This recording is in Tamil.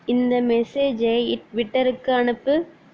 இந்த மெசேஜை ட்விட்டருக்கு அனுப்பு